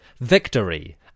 Victory